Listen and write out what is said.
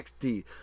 XD